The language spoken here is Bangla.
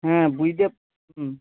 হ্যাঁ বুঝতে হুম